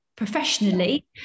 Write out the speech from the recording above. Professionally